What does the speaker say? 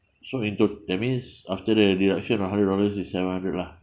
so in to~ that means after the deduction of hundred dollars is seven hundred lah